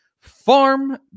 Farm